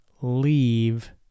Leave